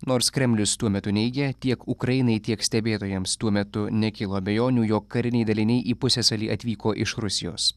nors kremlius tuo metu neigė tiek ukrainai tiek stebėtojams tuo metu nekilo abejonių jog kariniai daliniai į pusiasalį atvyko iš rusijos